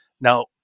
Now